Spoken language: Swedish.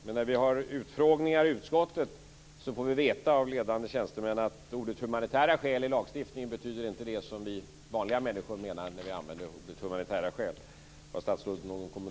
Men när vi har utfrågningar i utskottet får vi av ledande tjänstemän veta att orden humanitära skäl i lagstiftningen inte betyder det som vi vanliga människor menar med orden.